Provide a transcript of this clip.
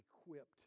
equipped